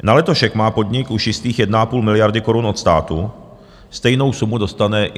Na letošek má podnik už jistých 1,5 miliardy korun od státu, stejnou sumu dostane i napřesrok.